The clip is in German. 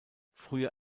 früher